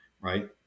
right